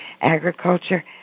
agriculture